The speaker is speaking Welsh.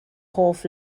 hoff